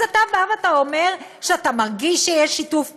אז אתה בא ואתה אומר שאתה מרגיש שיש שיתוף פעולה?